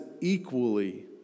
equally